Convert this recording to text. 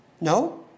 No